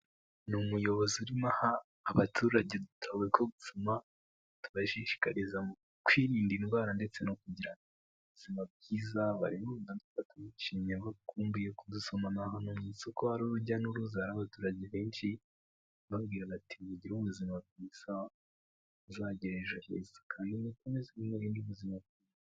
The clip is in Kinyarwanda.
Ni umuyobozi urimo aha abaturage udutabo two gusoma, tubashishikariza kwirinda indwara ndetse no kugira ubuzima bwiza, bakumbuye kudusoma, ni hantu mu isoko hari urujya n'uruza, hari abaturage benshi, bababwira bati "mugire ubuzima bwiza muzagire ejo heza, kandi mukomeze mugire n'ubuzima bwiza."